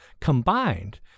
combined